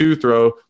throw